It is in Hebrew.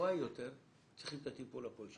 גבוהה יותר צריכים את הטיפול הפולשני.